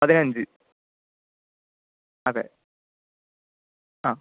പതിനഞ്ച് അതെ ആ